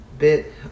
bit